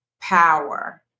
power